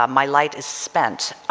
um my light is spent,